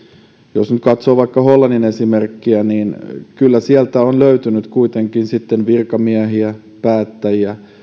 jos nyt katsoo vaikka hollannin esimerkkiä niin kyllä sieltä on löytynyt kuitenkin sitten virkamiehiä päättäjiä